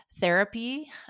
therapy